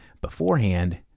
beforehand